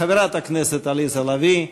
חברת הכנסת עליזה לביא,